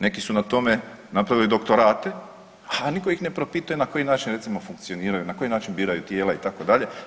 Neki su na tome napravili doktorate, a nitko ih ne propituje na koji način recimo funkcioniraju, na koji način biraju tijela itd.